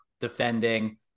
defending